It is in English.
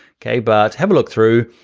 okay but have a look through,